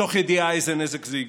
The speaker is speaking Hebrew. מתוך ידיעה איזה נזק זה יגרום.